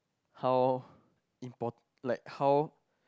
how impor~ like how